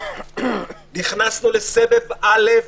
נכנסנו לסבב א'